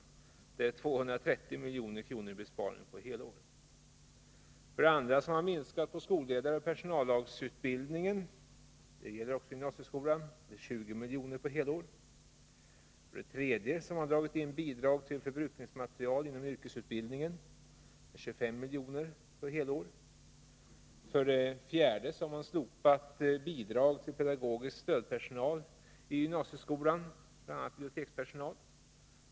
Det betyder 230 miljoner i besparingar på ett helår. För det andra har man minskat på skolledaroch personallagsutbildningen för gymnasieskolan. Det ger 20 miljoner för helår. För det tredje har man dragit in bidrag till förbrukningsmaterial inom yrkesutbildningen, vilket ger 25 miljoner för helår. För det fjärde har man slopat bidrag till pedagogisk stödpersonal i gymnasieskolan, bl.a. bibliotekspersonal.